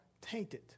tainted